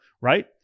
Right